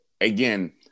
again